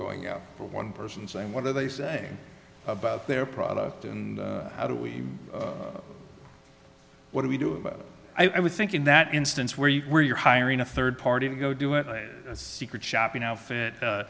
going out for one person saying what are they saying about their product and how do we what do we do about it i would think in that instance where you where you're hiring a third party to go do it secret shopping outfit